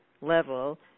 level